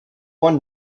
one